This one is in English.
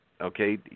okay